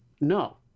no